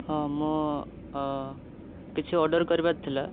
ହଁ ମୁଁ କିଛି ଅର୍ଡ଼ର କରିବାର ଥିଲା